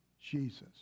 Jesus